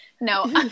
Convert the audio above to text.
No